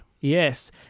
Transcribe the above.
Yes